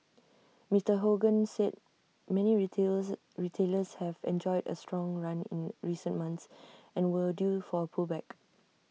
Mister Hogan said many retailer retailers have enjoyed A strong run in recent months and were due for A pullback